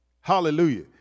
Hallelujah